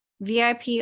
VIP